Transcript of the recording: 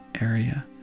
area